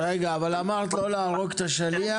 רגע, אמרת: לא להרוג את השליח.